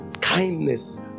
Kindness